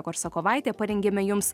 korsakovaitė parengėme jums